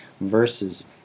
versus